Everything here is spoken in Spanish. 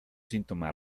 síntoma